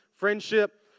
Friendship